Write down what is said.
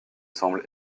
semble